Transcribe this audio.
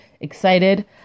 excited